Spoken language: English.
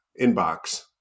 inbox